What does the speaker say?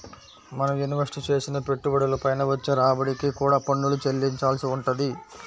మనం ఇన్వెస్ట్ చేసిన పెట్టుబడుల పైన వచ్చే రాబడికి కూడా పన్నులు చెల్లించాల్సి వుంటది